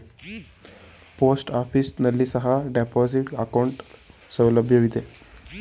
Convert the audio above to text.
post office ನಲ್ಲಿ ಸಹ deposit account ಸೌಲಭ್ಯವಿದೆ